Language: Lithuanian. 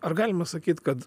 ar galima sakyt kad